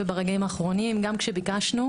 האחרונות, גם ברגעים האחרונים וגם כשביקשנו.